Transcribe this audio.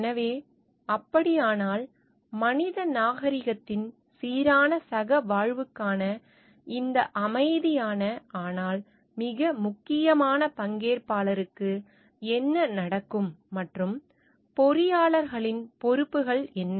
எனவே அப்படியானால் மனித நாகரிகத்தின் சீரான சகவாழ்வுக்கான இந்த அமைதியான ஆனால் மிக முக்கியமான பங்கேற்பாளருக்கு என்ன நடக்கும் மற்றும் பொறியாளர்களின் பொறுப்புகள் என்ன